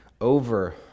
over